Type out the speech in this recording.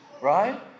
right